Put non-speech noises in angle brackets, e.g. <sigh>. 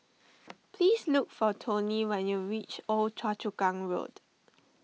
<noise> please look for Toney when you reach Old Choa Chu Kang Road